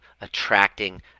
attracting